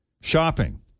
shopping